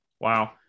Wow